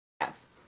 Yes